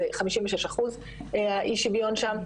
זה 56 אחוזים אי שוויון שם,